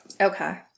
Okay